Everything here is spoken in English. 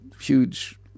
huge